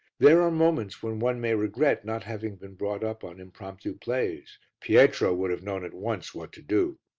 there are moments when one may regret not having been brought up on impromptu plays pietro would have known at once what to do.